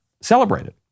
celebrated